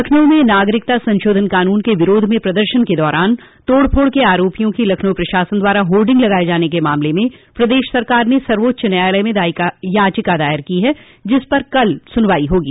लखनऊ में नागरिकता संशोधन कानून के विरोध में प्रदर्शन के दौरान तोड़फोड़ के आरोपियों की लखनऊ प्रशासन द्वारा होर्डिंग लगाये जाने के मामले में प्रदेश सरकार ने सवोच्च न्यायालय में याचिका दायर की है जिस पर कल सुनवाई होगी